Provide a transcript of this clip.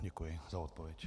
Děkuji za odpověď.